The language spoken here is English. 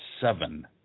seven